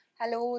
hello